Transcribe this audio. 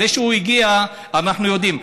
זה שהוא הגיע, אנחנו יודעים.